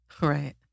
right